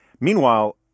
meanwhile